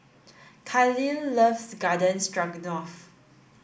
Kahlil loves Garden Stroganoff